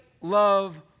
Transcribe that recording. love